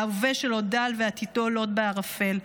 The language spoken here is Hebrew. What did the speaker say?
ההווה שלו דל ועתידו לוט בערפל".